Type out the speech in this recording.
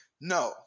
no